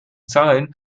zahlen